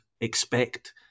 expect